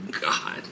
god